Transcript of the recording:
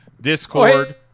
Discord